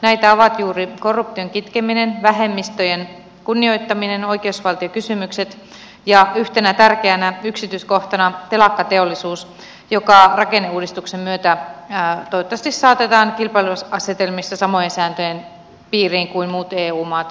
näitä ovat juuri korruption kitkeminen vähemmistöjen kunnioittaminen oikeusvaltiokysymykset ja yhtenä tärkeänä yksityiskohtana telakkateollisuus joka rakenneuudistuksen myötä toivottavasti saatetaan kilpailuasetelmissa mahdollisimman nopeasti samojen sääntöjen piiriin kuin muut eu maat